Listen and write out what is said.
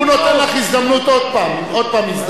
הוא נותן לך הזדמנות, עוד פעם הזדמנות.